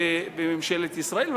בממשלת ישראל,